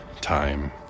time